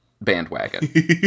bandwagon